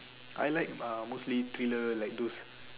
I like uh mostly thriller like those